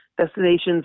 destinations